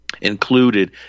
included